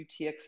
UTXO